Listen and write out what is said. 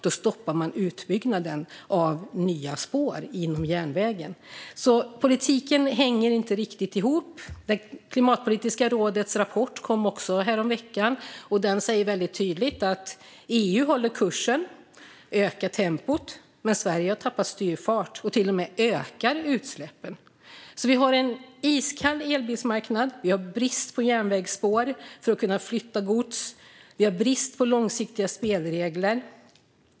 Då stoppar man utbyggnaden av nya spår för järnvägen. Politiken hänger inte riktigt ihop. Klimatpolitiska rådets rapport kom häromveckan, och den säger tydligt att EU håller kursen och ökar tempot men att Sverige har tappat styrfart och till och med ökar utsläppen. Vi har en iskall elbilsmarknad, vi har brist på järnvägsspår för att kunna flytta gods och vi har brist på långsiktiga spelregler.